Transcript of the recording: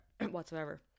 whatsoever